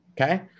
okay